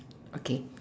okay